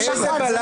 הממשלה.